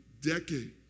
decade